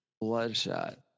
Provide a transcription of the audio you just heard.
Bloodshot